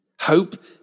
Hope